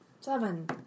Seven